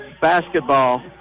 basketball